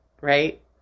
Right